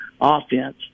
offense